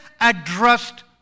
addressed